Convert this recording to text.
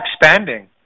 expanding